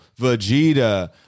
Vegeta